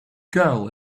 girl